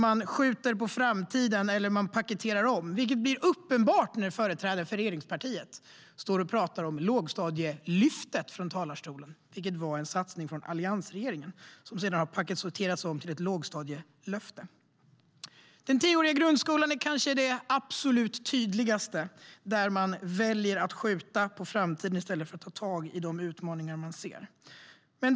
Man skjuter på framtiden eller paketerar om, vilket blir uppenbart när företrädare för regeringspartiet står i talarstolen och talar om Lågstadielyftet. Det var en satsning från alliansregeringen som sedan har paketerats om till ett lågstadielöfte. Den tioåriga grundskolan är kanske det absolut tydligaste exemplet på att man väljer att skjuta på framtiden i stället för att ta tag i de utmaningar som man ser.